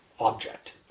Object